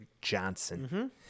Johnson